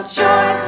joy